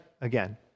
again